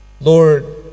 lord